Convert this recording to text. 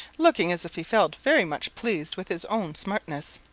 looking as if he felt very much pleased with his own smartness.